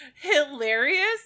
hilarious